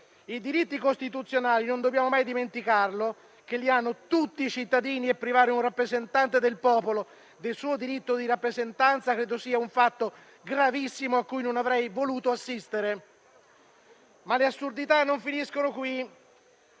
I diritti costituzionali - non dobbiamo mai dimenticarlo - sono diritti propri di tutti i cittadini e privare un rappresentante del popolo del suo diritto di rappresentanza credo sia un fatto gravissimo, cui non avrei voluto assistere. Ma le assurdità non finiscono qui.